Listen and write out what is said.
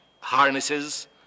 harnesses